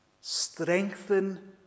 Strengthen